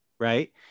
Right